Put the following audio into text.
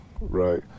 right